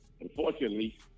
Unfortunately